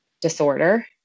disorder